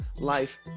life